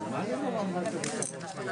הישיבה ננעלה בשעה